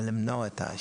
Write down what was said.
אל מניעת האשפוז.